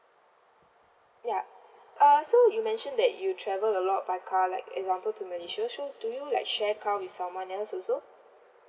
ya uh so you mentioned that you travel a lot by car like example to malaysia so do you like share car with someone else also